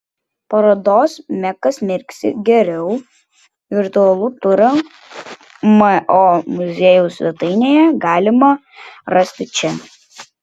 parodos mekas mirksi geriau virtualų turą mo muziejaus svetainėje galima rasti čia